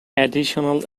additional